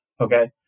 Okay